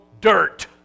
dirt